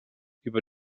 über